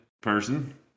person